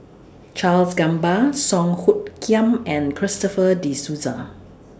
Charles Gamba Song Hoot Kiam and Christopher De Souza